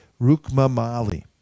Rukmamali